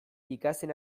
ikasten